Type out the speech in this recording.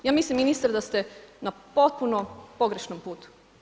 Ja mislim ministre da ste na potpuno pogrešnom putu.